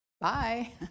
bye